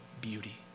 beauty